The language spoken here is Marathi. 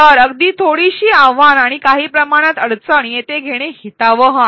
तर अगदी थोडीशी आव्हान आणि काही प्रमाणात अडचण येथे घेणे हितावह आहे